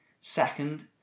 second